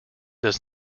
does